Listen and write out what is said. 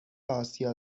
آسیا